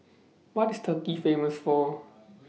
What IS Turkey Famous For